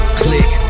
click